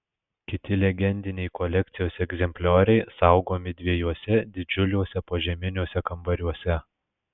kiti legendiniai kolekcijos egzemplioriai saugomi dviejuose didžiuliuose požeminiuose kambariuose